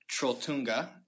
Trolltunga